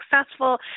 successful